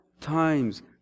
times